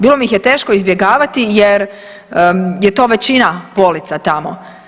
Bilo mi je teško izbjegavati jer je to većina polica tamo.